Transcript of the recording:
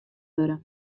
wurde